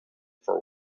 for